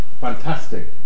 fantastic